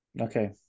Okay